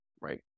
right